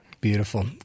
Beautiful